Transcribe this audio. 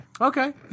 Okay